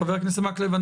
חבר הכנסת מקלב,